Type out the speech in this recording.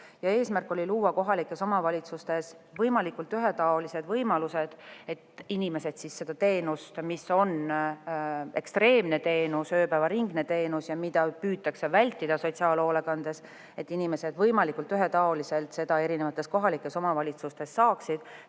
Eesmärk oli luua kohalikes omavalitsustes võimalikult ühetaolised võimalused, et inimesed seda teenust, mis on ekstreemne teenus, ööpäevaringne teenus ja mida püütakse sotsiaalhoolekandes vältida, saaksid võimalikult ühetaoliselt erinevates kohalikes omavalitsustes.